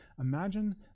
Imagine